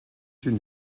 une